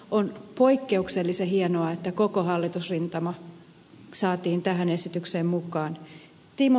on poikkeuksellisen hienoa että koko hallitusrintama saatiin tähän esitykseen mukaan